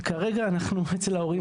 כרגע אנחנו אצל ההורים,